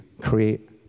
create